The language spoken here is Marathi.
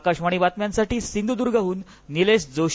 आकाशवाणी बातम्यांसाठी सिंधुदुर्गहून निलेश जोशी